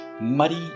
muddy